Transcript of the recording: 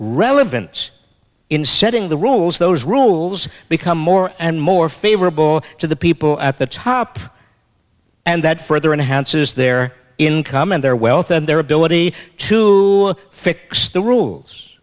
relevance in setting the rules those rules become more and more favorable to the people at the top and that further enhance is their income and their wealth and their ability to fix the rules